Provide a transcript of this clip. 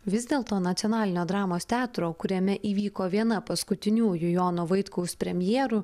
vis dėlto nacionalinio dramos teatro kuriame įvyko viena paskutiniųjų jono vaitkaus premjerų